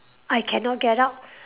I cannot get out